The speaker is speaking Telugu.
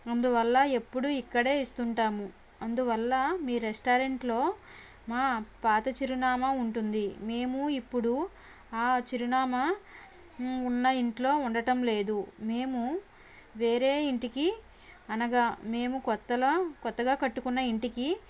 అందువల్ల ఎప్పుడూ ఇక్కడే ఇస్తుంటాము అందువల్ల మీ రెస్టారెంట్లో మా పాత చిరునామా ఉంటుంది మేము ఇప్పుడు ఆ చిరునామా ఉన్న ఇంట్లో ఉండటం లేదు మేము వేరే ఇంటికి అనగా మేము కొత్తలా కొత్తగా కట్టుకున్న ఇంటికి